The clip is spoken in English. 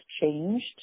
changed